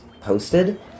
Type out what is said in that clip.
posted